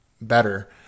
better